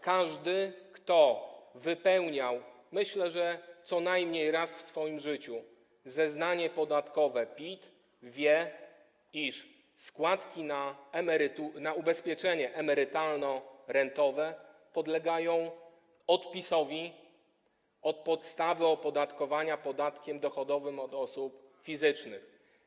Każdy, kto wypełniał, myślę, że co najmniej raz w swoim życiu, zeznanie podatkowe PIT, wie, iż składki na ubezpieczenie emerytalno-rentowe podlegają odpisowi od podstawy opodatkowania podatkiem dochodowym od osób fizycznych.